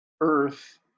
earth